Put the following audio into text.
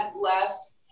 less